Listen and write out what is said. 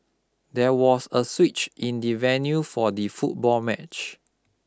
there was a switch in the venue for the football match